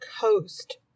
Coast